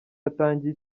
yatangiye